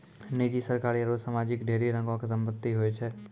निजी, सरकारी आरु समाजिक ढेरी रंगो के संपत्ति होय छै